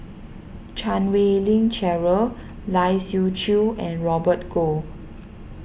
Chan Wei Ling Cheryl Lai Siu Chiu and Robert Goh